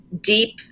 deep